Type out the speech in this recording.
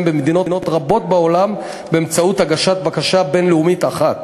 במדינות רבות בעולם באמצעות הגשת בקשה בין-לאומית אחת.